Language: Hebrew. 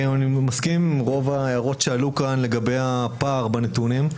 אני מסכים עם רוב ההערות שעלו לגבי הפער בנתונים.